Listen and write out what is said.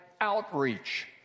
outreach